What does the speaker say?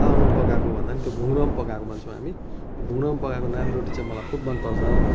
तावामा पकाएको भन्दा पनि त्यो भुङ्ग्रोमा पकाएको भन्छौँ हामी भुङ्ग्रोमा पकाएको नान रोटी चाहिँ मलाई खुब मनपर्छ